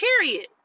period